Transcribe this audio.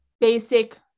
basic